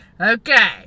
Okay